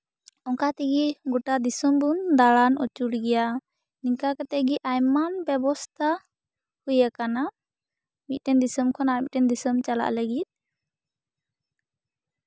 ᱚᱱᱠᱟ ᱛᱮᱜᱮ ᱜᱚᱴᱟ ᱫᱤᱥᱚᱢ ᱵᱚᱱ ᱫᱟᱬᱟᱱ ᱟᱹᱪᱩᱨ ᱜᱮᱭᱟ ᱚᱱᱠᱟ ᱠᱟᱛᱮ ᱜᱮ ᱟᱭᱢᱟᱱ ᱵᱮᱵᱚᱥᱛᱟ ᱤᱭᱟᱹ ᱦᱩᱭ ᱟᱠᱟᱱᱟ ᱢᱤᱫᱴᱮᱱ ᱫᱤᱥᱚᱢ ᱠᱷᱚᱱ ᱟᱨ ᱢᱤᱫᱴᱮᱱ ᱫᱤᱥᱚᱢ ᱪᱟᱞᱟᱜ ᱞᱟᱹᱜᱤᱫ